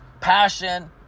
passion